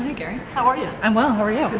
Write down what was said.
gary. how are ya? i'm well, how are yeah but